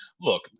look